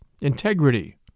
integrity